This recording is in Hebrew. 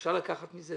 אפשר לקחת מזה.